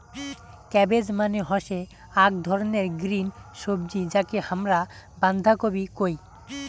cabbage মানে হসে আক ধরণের গ্রিন সবজি যাকে হামরা বান্ধাকপি কুহু